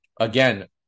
Again